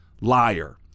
liar